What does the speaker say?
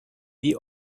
die